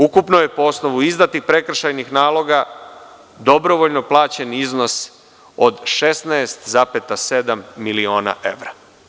Ukupno je, po osnovu izdatih prekršajnih naloga, dobrovoljno plaćen iznos od 16,7 miliona evra.